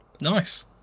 Nice